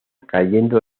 cayendo